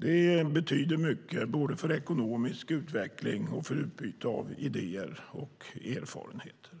Den betyder mycket för ekonomisk utveckling och för utbyte av idéer och erfarenheter.